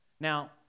Now